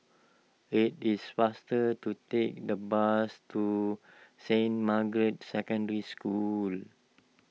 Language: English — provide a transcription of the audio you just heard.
it is faster to take the bus to Saint Margaret's Secondary School